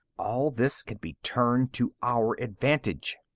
all this can be turned to our advantage.